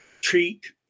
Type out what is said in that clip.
treat